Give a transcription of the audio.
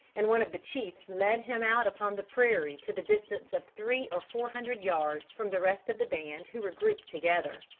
and one of the chiefs led him out upon the prairie to the distance of three or four hundred yards from the rest of the band who were grouped together.